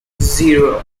zero